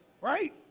Right